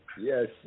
Yes